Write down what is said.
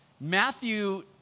Matthew